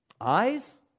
Eyes